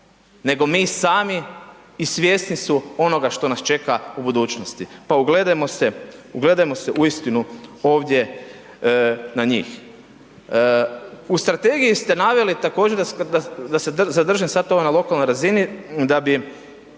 nego mi sami, i svjesni su onoga što nas čeka u budućnosti. Pa ugledajmo se, ugledajmo se uistinu ovdje na njih. U Strategiji ste naveli također, da se zadržim sad ovdje na lokalnoj razini, da bi